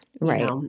Right